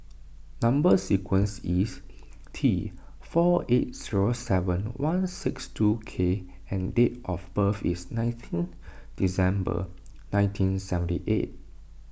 Number Sequence is T four eight zero seven one six two K and date of birth is nineteen December nineteen seventy eight